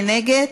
מי נגד?